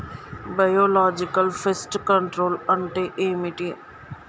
Biological pest control అంటే ఏమిటి?